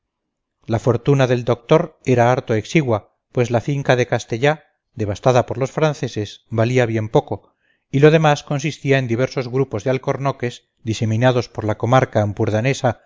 la fortuna del doctor era harto exigua pues la finca de castell devastada por los franceses valía bien poco y lo demás consistía en diversos grupos de alcornoques diseminados por la comarca